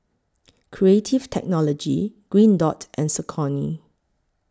Creative Technology Green Dot and Saucony